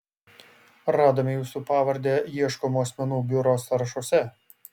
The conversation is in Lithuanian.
radome jūsų pavardę ieškomų asmenų biuro sąrašuose